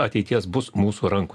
ateities bus mūsų rankose